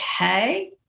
Okay